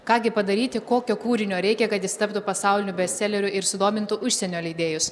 ką gi padaryti kokio kūrinio reikia kad jis taptų pasauliniu bestseleriu ir sudomintų užsienio leidėjus